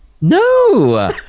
No